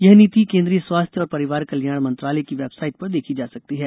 यह नीति केंद्रीय स्वास्थ्य और परिवार कल्याण मंत्रालय की वेबसाइट पर देखी जा सकती है